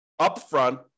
upfront